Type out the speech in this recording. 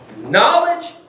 Knowledge